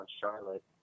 Charlotte